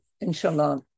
Inshallah